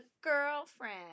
girlfriend